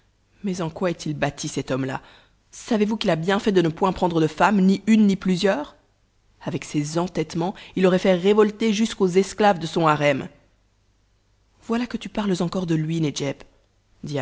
mais en quoi est-il bâti cet homme-là savez-vous qu'il a bien fait de ne point prendre de femme ni une ni plusieurs avec ses entêtements il aurait fait révolter jusqu'aux esclaves de son harem voilà que tu parles encore de lui